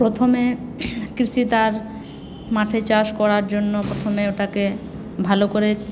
প্রথমে কৃষি তার মাঠে চাষ করার জন্য প্রথমে ওটাকে ভালো করে